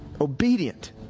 obedient